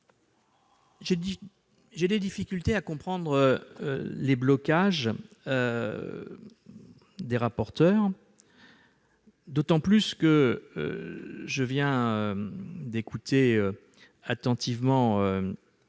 des difficultés à comprendre les blocages des rapporteurs, d'autant que je viens d'écouter attentivement